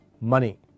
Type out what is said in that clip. money